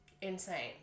Insane